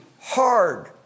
hard